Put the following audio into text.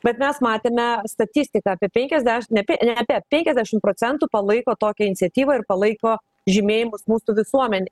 bet mes matėme statistiką apie penkiasdešimt ne ne apie penkiasdešimt procentų palaiko tokią iniciatyvą ir palaiko žymėjimus mūsų visuomenė